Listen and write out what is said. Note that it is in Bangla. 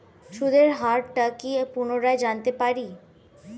সুদের হার টা কি পুনরায় জানতে পারি?